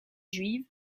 juive